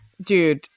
Dude –